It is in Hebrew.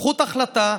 סמכות החלטה,